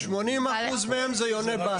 80% מהם זה יוני בית.